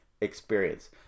experience